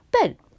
bed